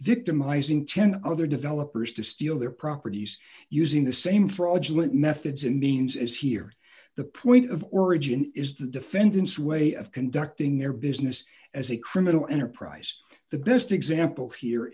victimizing ten other developers to steal their properties using the same fraudulent methods and means is here the point of origin is the defendant's way of conducting their business as a criminal enterprise the best example here